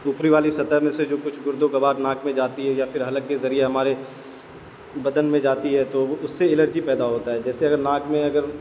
اوپری والی سطح میں سے جو کچھ گرد و غبار ناک میں جاتی ہے یا پھر حلق کے ذریعے ہمارے بدن میں جاتی ہے تو وہ اس سے الرجی پیدا ہوتا ہے جیسے اگر ناک میں اگر